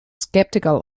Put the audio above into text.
skeptical